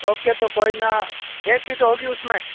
okay तो कोई ना एक सीट होगी उसमें